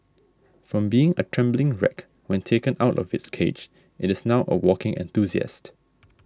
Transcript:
from being a trembling wreck when taken out of its cage it is now a walking enthusiast